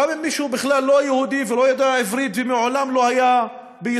גם אם מישהו בכלל לא יהודי ולא יודע עברית ומעולם לא היה בישראל,